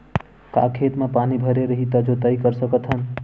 का खेत म पानी भरे रही त जोताई कर सकत हन?